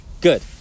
good